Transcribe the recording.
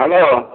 hello